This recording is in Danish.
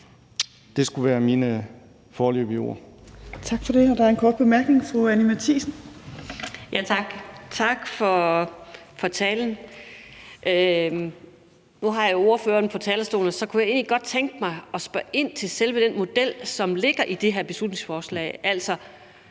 næstformand (Trine Torp): Tak for det. Der er en kort bemærkning. Fru Anni Matthiesen. Kl. 18:13 Anni Matthiesen (V): Tak. Tak for talen. Nu har jeg ordføreren på talerstolen, og så kunne jeg egentlig godt tænke mig at spørge ind til selve den model, som ligger i det her beslutningsforslag.